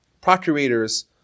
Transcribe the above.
procurators